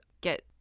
get